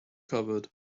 covered